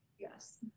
Yes